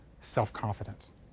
self-confidence